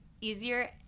easier